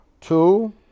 Two